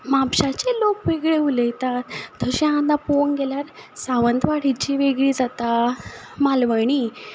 म्हापशाचे लोक वेगळी उलयतात तशें आतां पळोवंक गेल्यार सावंतवाडीची वेगळी जाता मालवणी